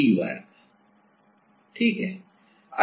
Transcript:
ठीक है